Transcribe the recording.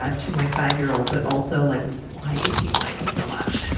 ah to my five-year-old. but also, like, why is he whining so much?